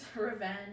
revenge